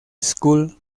school